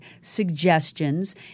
suggestions